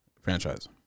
franchise